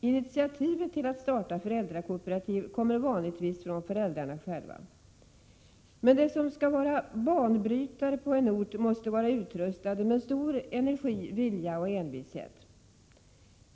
Initiativet till att starta föräldrakooperativ kommer vanligtvis från föräldrarna själva. De som skall vara banbrytare på en ort måste vara utrustade med stor energi, vilja och envishet.